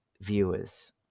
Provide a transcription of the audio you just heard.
viewers